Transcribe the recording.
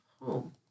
home